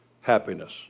happiness